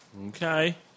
Okay